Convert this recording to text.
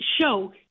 show